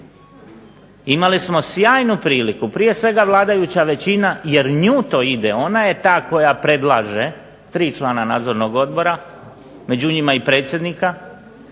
Imali smo sjajnu priliku, prije svega vladajuća većina jer nju to ide, ona je ta koja predlaže tri člana Nadzornog odbora, među njima i predsjednika.